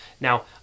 Now